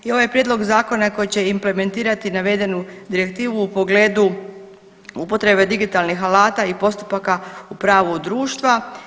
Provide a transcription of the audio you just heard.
I ovaj prijedlog zakona koji će implementirati navedenu direktivu u pogledu upotrebe digitalnih alata i postupaka u pravu društva.